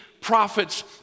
prophets